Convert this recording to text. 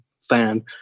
fan